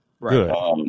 Right